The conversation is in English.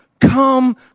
come